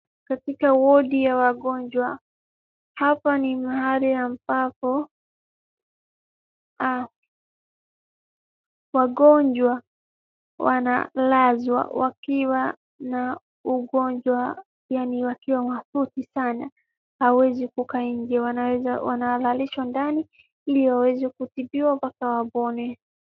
Katika wodi ya wangonjwa, hapa ni mahali ambapo wagonjwa wanalazwa wakiwa na ugonjwa yaani wakiwa mahututi sana, hawawezi kukaingia wanalalishwa ndani ili waweze kutibiwa mpaka wapone.